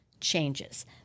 changes